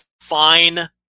fine